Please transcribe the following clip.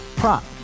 prop